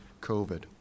COVID